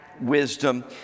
wisdom